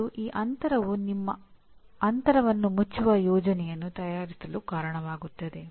ಮತ್ತು ಈ ಅಂತರವು ನೀವು ಅಂತರವನ್ನು ಮುಚ್ಚುವ ಯೋಜನೆಯನ್ನು ತಯಾರಿಸಲು ಕಾರಣವಾಗುತ್ತದೆ